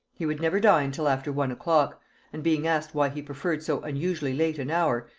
he would never dine till after one o'clock and being asked why he preferred so unusually late an hour,